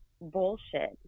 bullshit